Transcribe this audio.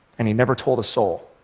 and he never told a soul.